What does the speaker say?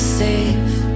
safe